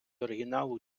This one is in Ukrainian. оригіналу